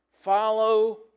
follow